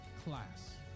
class